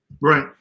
Right